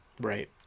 Right